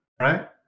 Right